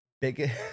Biggest